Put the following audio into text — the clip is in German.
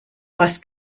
was